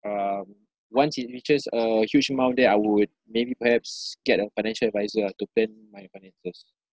um once it reaches a huge amount then I would maybe perhaps get a financial adviser ah to plan my finances